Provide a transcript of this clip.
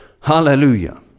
Hallelujah